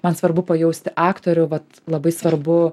man svarbu pajausti aktorių vat labai svarbu